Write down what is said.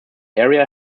area